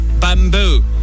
bamboo